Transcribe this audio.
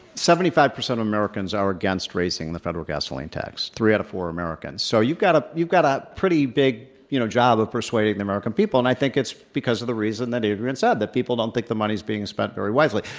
seventy five percent of americans are against raising the federal gasoline tax, three out of four americans. so you've got ah you've got a pretty big, you know, job of persuading the american people. and i think it's because of the reason that adrian said, that people don't think the money's being spent very wisely.